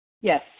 Yes